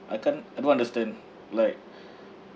I can't I don't understand like